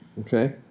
Okay